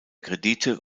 kredite